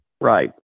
Right